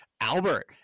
Albert